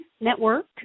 Network